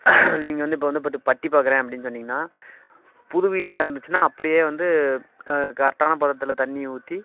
நீங்கள் வந்து இப்போ வந்து பத்து பட்டி பார்க்கறேன் அப்படின்னு சொன்னீங்கன்னால் புது வீட்டுக்காக இருந்துச்சின்னால் அப்படியே வந்து கரெக்டான பதத்தில் தண்ணியை ஊற்றி